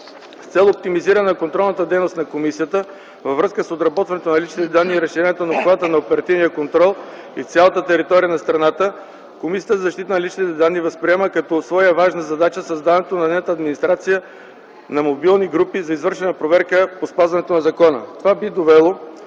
С цел оптимизиране на контролната дейност на комисията във връзка с отработването на лични данни и разширението на обхвата на оперативния контрол из цялата територия на страната Комисията за защита на личните данни възприема като своя важна задача създаването на нейната администрация на мобилни групи за извършване на проверка по спазването на закона. Това би довело